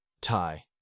tie